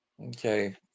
okay